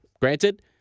Granted